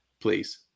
please